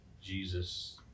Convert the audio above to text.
Jesus